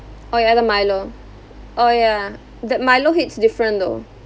oh ya the Milo oh yeah that Milo hits different though